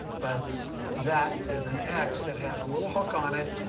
but that is an x that has a little hook on it.